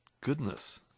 Goodness